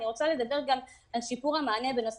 אני רוצה לדבר על שיפור המענה בנוגע